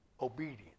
obedience